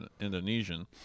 Indonesian